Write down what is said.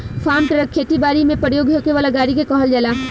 form truck खेती बारी में प्रयोग होखे वाला गाड़ी के कहल जाला